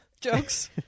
jokes